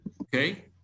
Okay